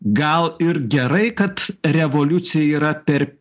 gal ir gerai kad revoliucija yra per